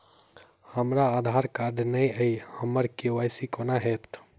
हमरा आधार कार्ड नै अई हम्मर के.वाई.सी कोना हैत?